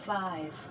five